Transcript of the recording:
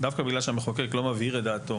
דווקא בגלל שהמחוקק לא מבהיר את דעתו